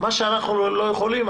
מה שאנחנו לא יכולים,